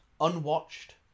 unwatched